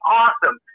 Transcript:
awesome